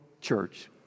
church